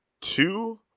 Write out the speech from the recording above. two